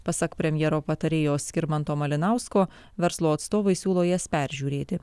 pasak premjero patarėjo skirmanto malinausko verslo atstovai siūlo jas peržiūrėti